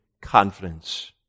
confidence